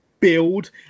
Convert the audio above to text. build